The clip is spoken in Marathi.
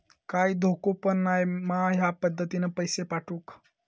काय धोको पन नाय मा ह्या पद्धतीनं पैसे पाठउक?